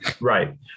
Right